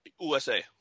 USA